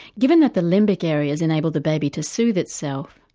given that the limbic areas enable the baby to soothe itself,